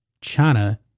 China